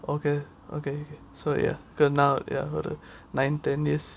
okay okay so ya because now uh நான் ஒரு:nan oru nine ten years